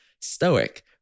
Stoic